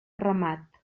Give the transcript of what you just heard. ramat